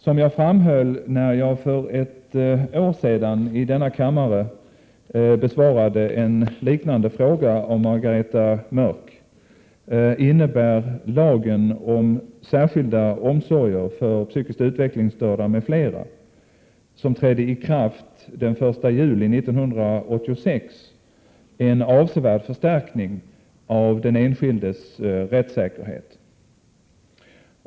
Som jag framhöll när jag för ett år sedan i denna kammare besvarade en liknande fråga av Margareta Mörck innebär lagen om särskilda omsorger för psykiskt utvecklingsstörda m.fl. som trädde i kraft den 1 juli 1986 en avsevärd förstärkning av den enskildes rättssäkerhet.